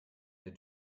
der